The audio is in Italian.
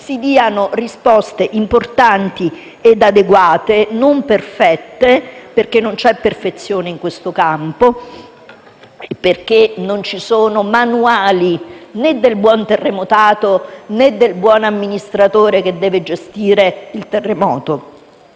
si diano risposte importanti e adeguate, non perfette, perché non c'è perfezione in questo campo: non ci sono manuali né del buon terremotato né del buon amministratore che deve gestire il terremoto;